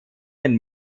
den